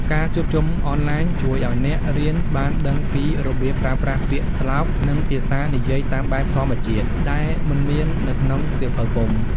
ការជួបជុំអនឡាញជួយឱ្យអ្នករៀនបានដឹងពីរបៀបប្រើប្រាស់ពាក្យស្លោក និងភាសានិយាយតាមបែបធម្មជាតិដែលមិនមាននៅក្នុងសៀវភៅពុម្ព។